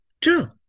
true